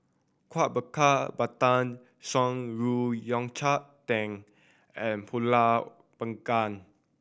Kueh Bakar Pandan Shan Rui Yao Cai Tang and Pulut Panggang